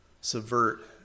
subvert